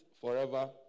forever